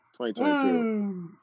2022